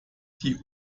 die